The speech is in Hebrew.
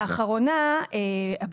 אחרונה, ובלי הסברים.